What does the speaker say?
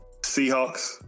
Seahawks